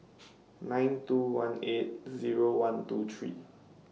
nine two one eight Zero one two three